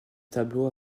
tableaux